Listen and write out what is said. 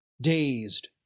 dazed